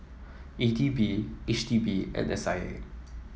E D B H D B and S I A